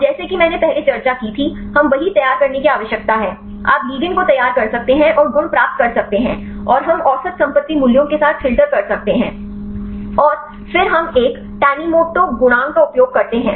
और जैसा कि मैंने पहले चर्चा की थी हमें वही तैयार करने की आवश्यकता है आप लिगेंड को तैयार कर सकते हैं और गुण प्राप्त कर सकते हैं और हम औसत संपत्ति मूल्यों के साथ फ़िल्टर कर सकते हैं और फिर हम एक tanimoto गुणांक का उपयोग करते हैं